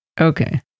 Okay